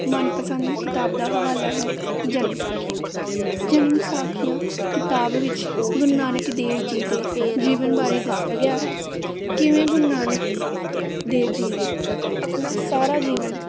ਮਨਪਸੰਦ ਕਿਤਾਬ ਦਾ ਹਵਾਲਾ ਹੈ ਜਨਮ ਸਾਖੀਆਂ ਜਨਮ ਸਾਖੀਆਂ ਕਿਤਾਬ ਵਿੱਚ ਗੁਰੂ ਨਾਨਕ ਦੇਵ ਜੀ ਦੇ ਜੀਵਨ ਬਾਰੇ ਦੱਸਿਆ ਗਿਆ ਹੈ ਕਿਵੇਂ ਗੁਰੂ ਨਾਨਕ ਦੇਵ ਜੀ ਨੇ ਆਪਣਾ ਸਾਰਾ ਜੀਵਨ